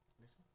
Listen